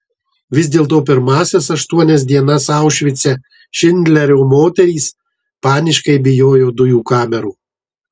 vis dėlto pirmąsias aštuonias dienas aušvice šindlerio moterys paniškai bijojo dujų kamerų